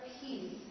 peace